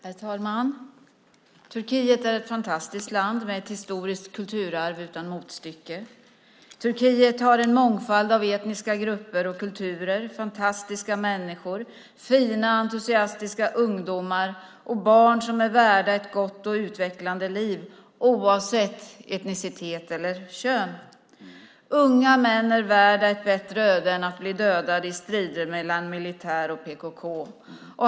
Herr talman! Turkiet är ett fantastiskt land med ett historiskt kulturarv utan motstycke. Turkiet har en mångfald av etniska grupper och kulturer, fantastiska människor, fina och entusiastiska ungdomar och barn som är värda ett gott och utvecklande liv oavsett etnicitet eller kön. Unga män är värda ett bättre öde än att bli dödade i strider mellan militär och PKK.